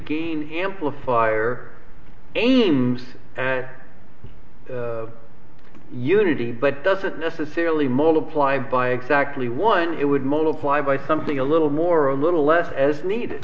gain amplifier aims at unity but doesn't necessarily multiply by exactly one it would multiply by something a little more a little less as ne